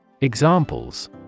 Examples